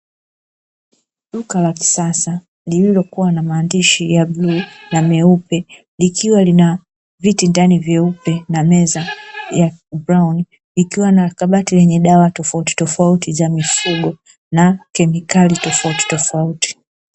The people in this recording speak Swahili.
Duka la kisasa lililokuwa na maandishi ya bluu na meupe ikiwa lina viti ndani vyeupe na meza ya brauni likiwa na kabati lenye dawa tofautitofauti za mifugo na kemikali tofautitofauti.